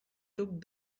took